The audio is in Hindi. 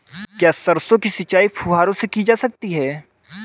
क्या सरसों की सिंचाई फुब्बारों से की जा सकती है?